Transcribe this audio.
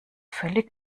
völlig